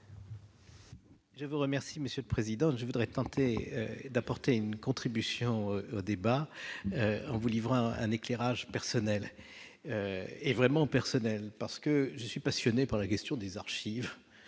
Je vous remercie, Monsieur le Président, je voudrais tenter d'apporter une contribution au débat en vous livrant un éclairage personnel et vraiment personnel parce que je suis passionné par la question des archives